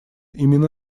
именно